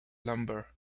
lumber